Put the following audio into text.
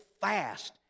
fast